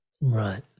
right